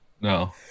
No